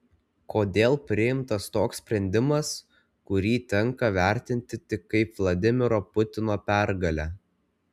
kodėl priimtas toks sprendimas kurį tenka vertinti tik kaip vladimiro putino pergalę